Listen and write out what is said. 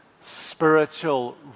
spiritual